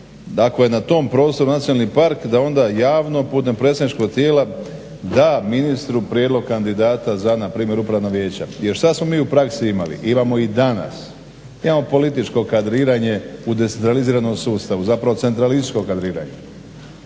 ako je na tom prostoru nacionalni park da onda javno putem predstavničkog tijela da ministru prijedlog kandidata za npr. upravan vijeća. Jer šta smo mi u praksi imali? Imamo i danas. Imamo političko kadriranje u decentraliziranom sustavu zapravo centralističko kadriranje.